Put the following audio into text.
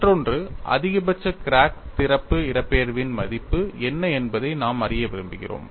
மற்றொன்று அதிகபட்ச கிராக் திறப்பு இடப்பெயர்வின் மதிப்பு என்ன என்பதை நாம் அறிய விரும்புகிறோம்